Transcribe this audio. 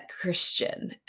Christian